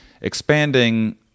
expanding